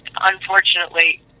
unfortunately